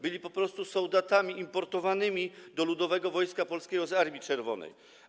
Byli po prostu sołdatami importowanymi do Ludowego Wojska Polskiego z Armii Czerwonej.